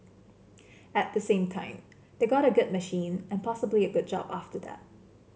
at the same time they got a good machine and possibly a good job after that